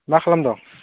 मा खालामदों